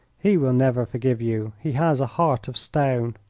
he will never forgive you. he has a heart of stone.